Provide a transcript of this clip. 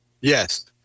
Yes